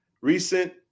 recent